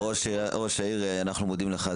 ראש העיר, אנחנו מודים לך.